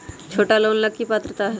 छोटा लोन ला की पात्रता है?